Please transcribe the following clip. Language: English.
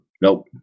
nope